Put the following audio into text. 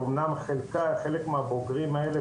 ואמנם חלק מהבוגרים האלה,